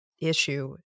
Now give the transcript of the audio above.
issue